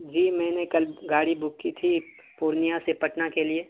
جی میں نے کل گاڑی بک کی تھی اک پورنیہ سے پٹنہ کے لیے